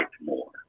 more